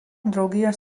draugijos